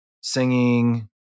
singing